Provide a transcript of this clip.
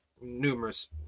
numerous